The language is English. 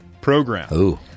program